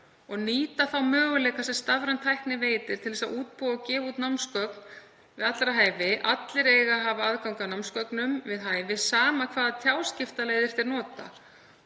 Nýta á þá möguleika sem stafræn tækni veitir til þess að útbúa og gefa út námsgögn við allra hæfi. Allir eiga að hafa aðgang að námsgögnum við sitt hæfi sama hvaða tjáskiptaleiðir þeir nota.